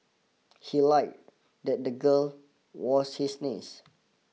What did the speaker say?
he lied that the girl was his niece